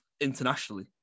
internationally